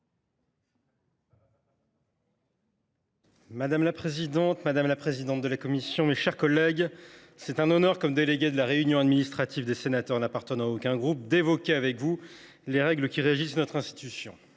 Madame la présidente, madame la présidente de la commission des lois, mes chers collègues, c’est un honneur, en tant que délégué de la réunion administrative des sénateurs n’appartenant à aucun groupe (Rasnag), d’évoquer avec vous les règles qui régissent notre institution.